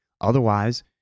otherwise